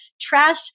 trash